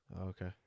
Okay